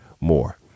more